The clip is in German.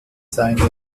seine